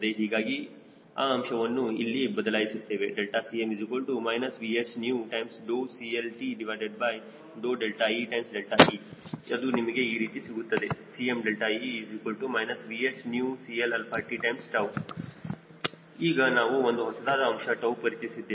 ಹೀಗಾಗಿ ಆ ಅಂಶವನ್ನು ಇಲ್ಲಿ ಬದಲಾಯಿಸುತ್ತೇವೆ Cm VHCLtee ಅದು ನನಗೆ ಈ ರೀತಿ ಸಿಗುತ್ತದೆ Cme VHCLt ಈಗ ನಾವು ಒಂದು ಹೊಸದಾದ ಅಂಶ 𝜏 ಪರಿಚಯಿಸಿದ್ದೇವೆ